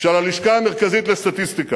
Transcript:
של הלשכה המרכזית לסטטיסטיקה.